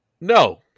No